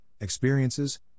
experiences